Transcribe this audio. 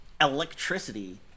electricity